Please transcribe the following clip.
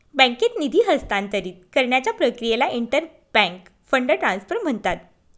बँकेत निधी हस्तांतरित करण्याच्या प्रक्रियेला इंटर बँक फंड ट्रान्सफर म्हणतात